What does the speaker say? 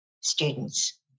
students